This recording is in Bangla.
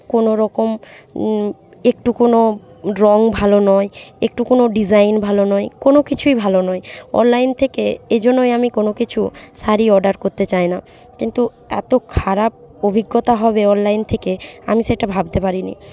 কোনও রকম একটু কোনও রং ভালো নয় একটু কোনও ডিজাইন ভালো নয় কোনও কিছুই ভালো নয় অনলাইন থেকে এই জন্যই আমি কোনও কিছু শাড়ি অর্ডার করতে চাই না কিন্তু এত খারাপ অভিজ্ঞতা হবে অনলাইন থেকে আমি সেটা ভাবতে পারিনি